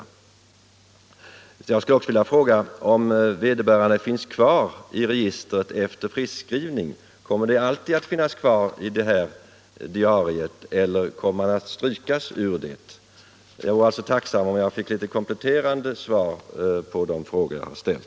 Jag skulle också vilja fråga om vederbörande finns kvar i registret efter friskskrivning. Kommer hon att alltid finnas kvar i detta diarium, eller kommer hon att strykas ur det? Jag vore alltså tacksam om jag fick ett kompletterande svar på de frågor jag har ställt.